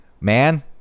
man